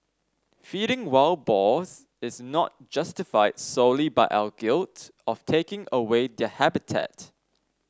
feeding wild boars is not justified solely by our guilt of taking away their habitat